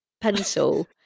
pencil